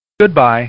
Goodbye